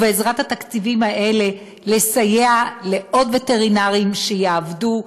ובעזרת התקציבים האלה לסייע לעוד וטרינרים שיעבדו,